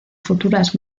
futuras